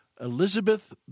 Elizabeth